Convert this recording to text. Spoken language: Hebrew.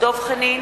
דב חנין,